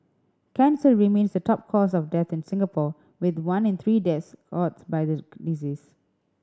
cancer remains the top cause of death in Singapore with one in three deaths caused by the disease